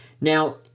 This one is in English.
Now